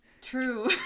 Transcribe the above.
true